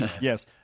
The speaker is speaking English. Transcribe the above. Yes